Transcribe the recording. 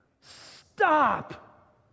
stop